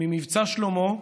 ממבצע שלמה.